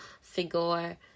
figure